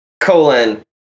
Colon